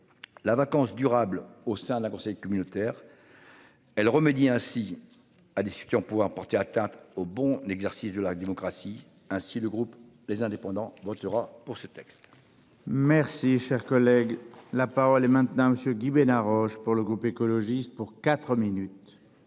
La vacance durable au sein d'un conseil communautaire. Elle remédie ainsi à des soupions pouvoir porter atteinte au bon exercice de la démocratie. Ainsi le groupe les indépendants votera pour ce texte. Merci, cher collègue, la parole est maintenant à monsieur Guy Bénard Roche pour le groupe écologiste pour 4 minutes.